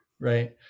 right